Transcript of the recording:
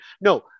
No